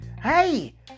Hey